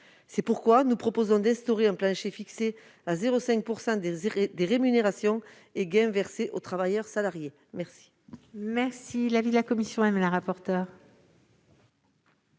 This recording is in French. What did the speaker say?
C'est pourquoi nous proposons d'instaurer un plancher fixé à 0,5 % des rémunérations et gains versés aux travailleurs salariés. Quel